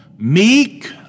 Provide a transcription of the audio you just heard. meek